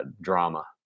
drama